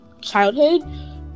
childhood